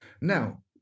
Now